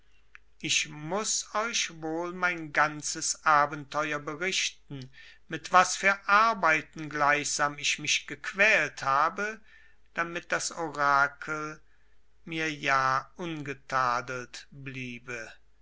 ich muß euch wohl mein ganzes abenteuer berichten mit was für arbeiten gleichsam ich mich gequält habe damit das orakel mit ja ungetadelt bliebe